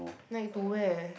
like to where